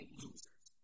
losers